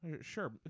sure